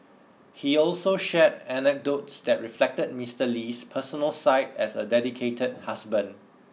he also shared anecdotes that reflected Mister Lee's personal side as a dedicated husband